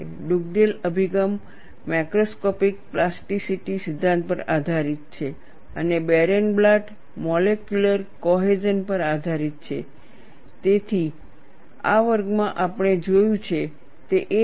Dugdale અભિગમ macroscopic plasticity સિદ્ધાંત પર આધારિત છે અને બેરેનબ્લાટ મોલેક્યુલર કોહેઝન પર આધારિત છે